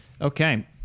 Okay